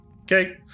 Okay